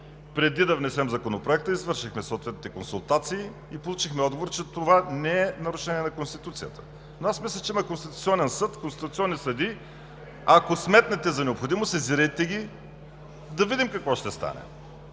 Преди да внесем Законопроекта, извършихме съответните консултации и получихме отговор, че това не е нарушение на Конституцията. Мисля, че има Конституционен съд, конституционни съдии. Ако сметнете за необходимо, сезирайте ги, да видим какво ще стане.